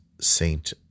Saint